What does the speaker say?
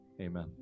Amen